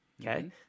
Okay